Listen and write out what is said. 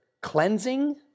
cleansing